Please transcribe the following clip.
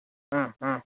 ம் ம்